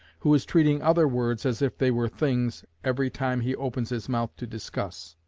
who is treating other words as if they were things every time he opens his mouth to discuss.